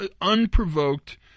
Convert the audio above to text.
Unprovoked